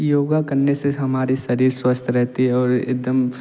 योग करने से हमारा शरीर स्वस्थ रहती है और एक दम